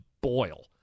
boil